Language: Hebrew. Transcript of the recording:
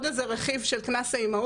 2018). נמשיך עם עוד רכיב של קנס האימהות,